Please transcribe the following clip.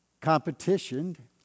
competition